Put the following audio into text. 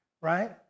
right